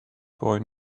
boy